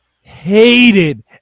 hated